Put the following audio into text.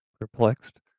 Perplexed